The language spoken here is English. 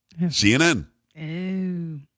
CNN